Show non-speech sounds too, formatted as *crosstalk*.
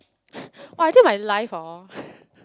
*breath* !wah! I think my life hor